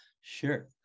sure